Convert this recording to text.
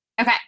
Okay